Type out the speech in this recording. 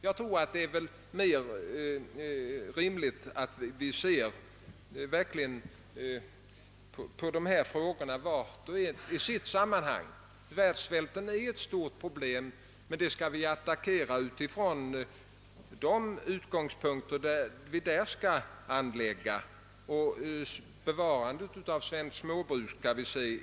Jag tror det är rimligt att vi ser på var och en av dessa frågor i dess sammanhang. Världssvälten är ett stort problem, men det skall vi attackera från andra utgångspunkter än bevarandet av svenskt småbruk.